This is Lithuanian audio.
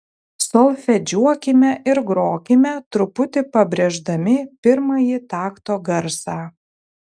solfedžiuokime ir grokime truputį pabrėždami pirmąjį takto garsą